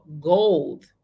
gold